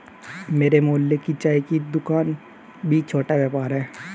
मेरे मोहल्ले की चाय की दूकान भी छोटा व्यापार है